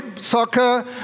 soccer